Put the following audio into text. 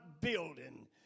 building